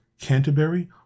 Canterbury